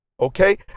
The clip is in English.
Okay